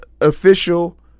official